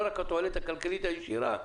לא רק התועלת הכלכלית הישירה,